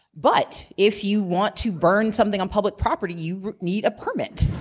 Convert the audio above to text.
but, if you want to burn something on public property you need a permit.